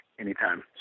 anytime